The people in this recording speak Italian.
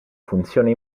funzione